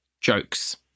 jokes